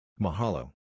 Mahalo